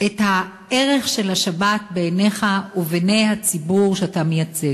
את הערך של השבת בעיניך ובעיני הציבור שאתה מייצג.